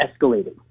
escalating